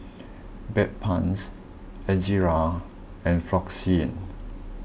Bedpans Ezerra and Floxia